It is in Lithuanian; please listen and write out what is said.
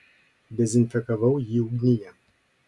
dezinfekavau jį ugnyje